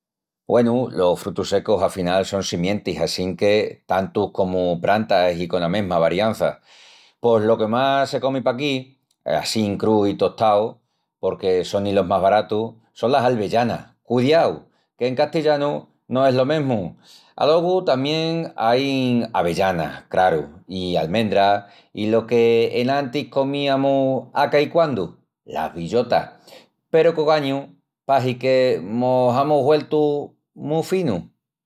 Güenu, los frutus secus afinal son simientis assinque tantus comu prantas i cona mesma variança. Pos lo que más se comi paquí, i assín crúu i tostau, porque sonin los más baratus, son las alvellanas, cudiau, que en castillanu no es lo mesmu. Alogu tamién ain avellanas, craru, i amendras, i lo qu'enantis comiamus a caiquandu, las billotas, peru qu'ogañu pahi que mos amus güeltu mu finus.